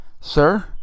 Sir